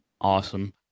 Awesome